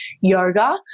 yoga